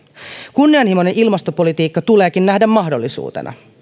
kunnianhimoinen ilmastopolitiikka tuleekin nähdä mahdollisuutena